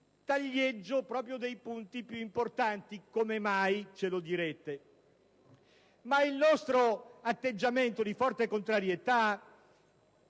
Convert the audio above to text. taglieggio proprio nei punti più importanti. Come mai? Spero che ce lo direte. Ma il nostro atteggiamento di forte contrarietà